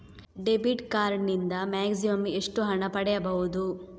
Debit card ನಿಂದ maximum ಎಷ್ಟು ಹಣ ಪಡೆಯಬಹುದು?